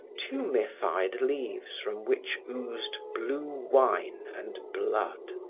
tumefied leaves from which oozed blue wine and blood.